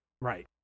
Right